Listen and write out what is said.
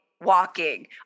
walking